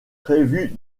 prévu